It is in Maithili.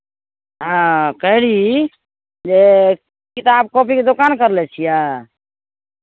हँ कहली जे किताब कॉपीके दोकान करले छियै